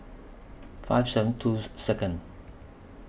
five seven two Second